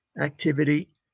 activity